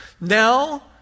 Now